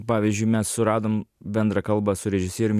pavyzdžiui mes suradom bendrą kalbą su režisierium